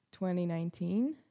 2019